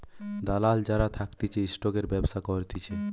দালাল যারা থাকতিছে স্টকের ব্যবসা করতিছে